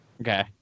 Okay